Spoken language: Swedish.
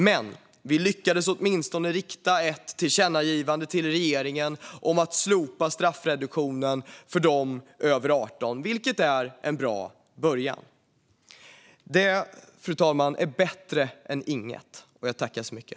Men vi lyckades åtminstone rikta ett tillkännagivande till regeringen om att slopa straffreduktionen för dem över 18 år, vilket är en bra början och bättre än inget.